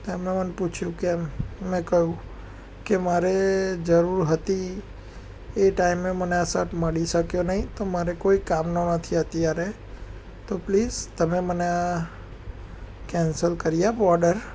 તો એમણે મને પૂછ્યું કેમ મેં કહ્યું કે મારે જરૂર હતી એ ટાઈમે મને આ સટ મળી શક્યો નહીં તો મારે કોઈ કામનો નથી અત્યારે તો પ્લીઝ તમે મને આ કેન્સલ કરી આપો ઓર્ડર